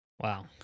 Wow